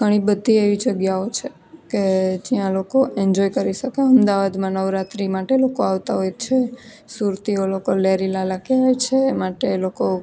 ઘણી બધી એવી જગ્યાઓ છે કે જ્યાં લોકો એન્જોય કરી શકે અમદાવાદમાં નવરાત્રિ માટે લોકો આવતા હોય છે સુરતીઓ લોકો લહેરી લાલા કહેવાય છે માટે લોકો